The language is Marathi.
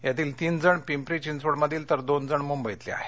यातील तीन जण पिंपरी चिंचवडमधील तर दोन जण मुंबईतले आहेत